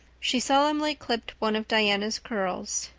she solemnly clipped one of diana's curls.